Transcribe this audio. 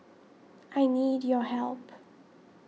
I need your help